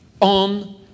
on